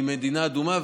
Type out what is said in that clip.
היא מדינה אדומה.